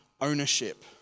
ownership